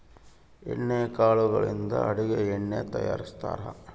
ಎಣ್ಣೆ ಕಾಳುಗಳಿಂದ ಅಡುಗೆ ಎಣ್ಣೆ ತಯಾರಿಸ್ತಾರಾ